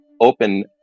open